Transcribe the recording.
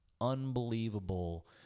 unbelievable